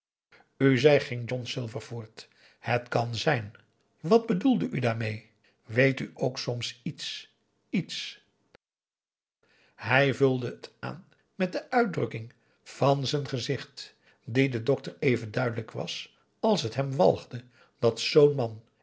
zei ging john silver voort het kan zijn wat bedoelde u daarmeê weet u ook soms iets iets hij vulde het aan met de uitdrukking van z'n gezicht die den dokter even duidelijk was als t hem walgde dat zoo'n man